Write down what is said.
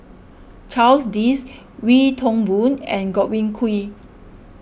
Charles Dyce Wee Toon Boon and Godwin Koay